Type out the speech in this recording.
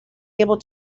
able